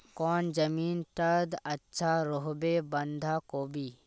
कौन जमीन टत अच्छा रोहबे बंधाकोबी?